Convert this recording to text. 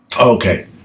Okay